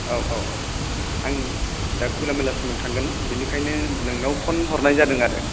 औ औ औ आं दा खयलामयलासिमाव थांगोन बेनिखायनो नोंनाव फन हरनाय जादों आरो